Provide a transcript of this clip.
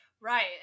Right